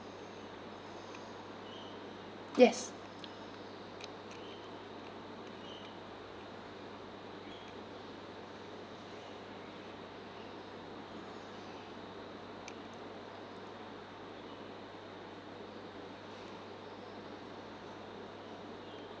yes